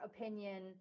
opinion